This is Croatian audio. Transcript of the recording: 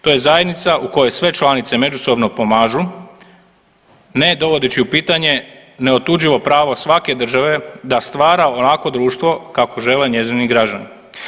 To je zajednica u kojoj sve članice međusobno pomažu ne dovodeći u pitanje neotuđivo pravo svake države da stvara onakvo društvo kakvo žele njezini građani.